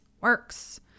works